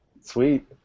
Sweet